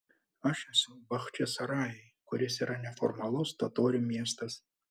aš esu bachčisarajuj kuris yra neformalus totorių miestas